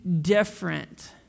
different